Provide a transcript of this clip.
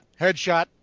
headshot